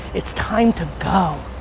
it's time to go.